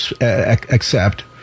accept